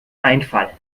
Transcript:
einfall